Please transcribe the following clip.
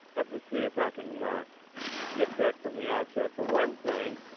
let me see if i can get that from the outset. for one thing,